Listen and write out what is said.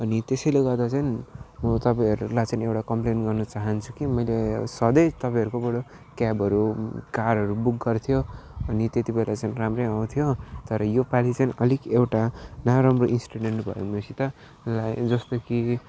अनि त्यसैले गर्दा चाहिँ म तपाईँहरूलाई चाहिँ एउटा कम्प्लेन गर्न चाहन्छु कि मैले सधैँ तपाईँहरूकोबाट क्याबहरू कारहरू बुक गर्थेँ अनि त्यत्तिबेर चाहिँ राम्रै आउँथ्यो तर यो पालि चाहिँ अलिक एउटा नराम्रो इन्सिडेन्ट भयो मसित लाइक जस्तो कि